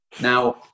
Now